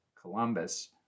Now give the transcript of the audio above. Columbus